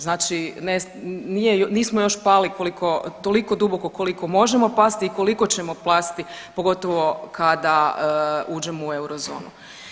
Znači, nismo još pali toliko duboko koliko možemo pasti i koliko ćemo pasti pogotovo kada uđemo u euro zonu.